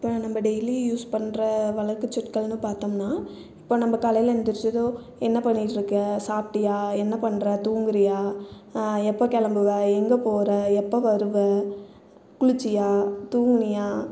இப்போ நம்ப daily use பண்ணுற வழக்குச் சொற்கள்ன்னு பார்த்தம்னா இப்போ நம்ப காலையில் எந்திருச்சதும் என்ன பண்ணிட்டு இருக்க சாப்பிட்டிய என்ன பண்ணுற தூங்குறியா எப்போ கிளம்புவ எங்கே போற எப்போ வருவ குளிச்சியா தூங்குனியா